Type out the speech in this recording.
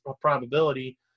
probability